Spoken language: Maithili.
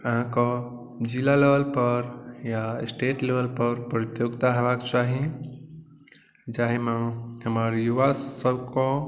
अहाँकेँ जिला लेवल पर या स्टेट लेवल पर प्रतियोगिता होयबाके चाही जाहिमे हमर युवा सबके